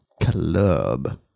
Club